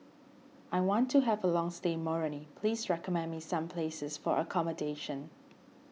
I want to have a long stay in Moroni please recommend me some places for accommodation